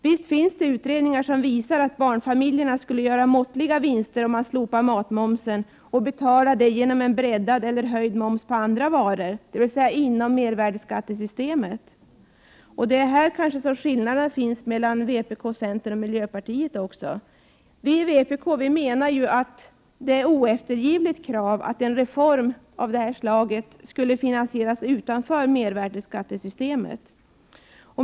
Visst finns det utredningar som visar att barnfamiljerna skulle göra måttliga vinster om man slopade matmomsen och betalade detta med breddad eller höjd moms på andra varor, dvs. inom mervärdeskattesystemet. Det är här skillnaderna mellan vpk, centern och miljöpartiet finns. Vi i vpk menar att det är ett oeftergivligt krav att en reform av det här slaget skall finansieras utanför mervärdeskattesystemet.